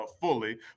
fully